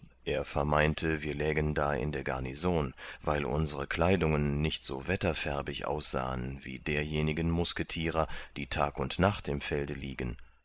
er vermeinte wir lägen da in der garnison weil unsere kleidungen nicht so wetterfärbig aussahen wie derjenigen musketierer die tag und nacht im felde liegen